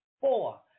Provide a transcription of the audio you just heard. four